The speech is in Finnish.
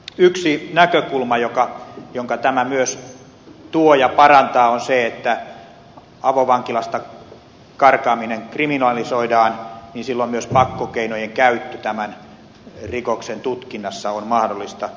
yksi näkökulma jonka tämä myös tuo ja parantaa on se että kun avovankilasta karkaaminen kriminalisoidaan niin silloin myös pakkokeinojen käyttö tämän rikoksen tutkinnassa on mahdollista